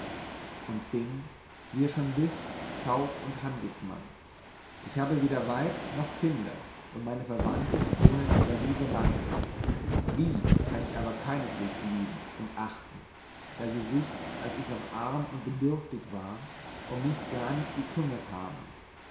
und bin wie ihr schon wisset kauf und handelsmann ich habe weder weib noch kinder und meine verwandte wohnen im walliser lande die kann ich aber keineswegs lieben und achten da sie sich als ich noch arm und bedürftig war um mich gar nicht gekümmert haben